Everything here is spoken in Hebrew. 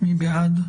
מי בעד?